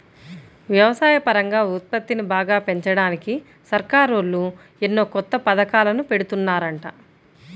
వ్యవసాయపరంగా ఉత్పత్తిని బాగా పెంచడానికి సర్కారోళ్ళు ఎన్నో కొత్త పథకాలను పెడుతున్నారంట